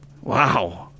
Wow